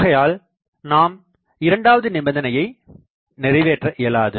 ஆகையால் நாம் இரண்டாவது நிபந்தனையை நிறைவேற்ற இயலாது